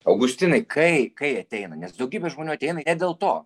augustinai kai kai ateina nes daugybė žmonių ateina ne dėl to